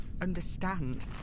understand